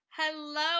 Hello